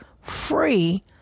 free